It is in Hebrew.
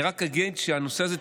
אני רק אגיד שהנושא הזה,